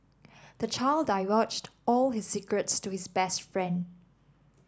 the child divulged all his secrets to his best friend